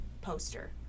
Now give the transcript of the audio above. Poster